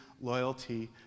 loyalty